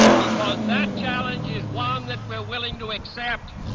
because that challenge is one that we're willing to accept,